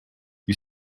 you